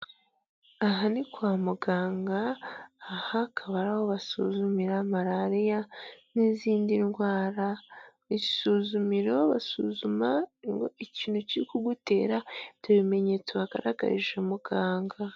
Aha ni kwa muganga aha akaba ari aho basuzumira marariya n'izindi ndwara, mu isuzumiro basuzuma ikintu kiri kugutera ibyo bimenyetso wagaragarije muganga.